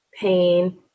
pain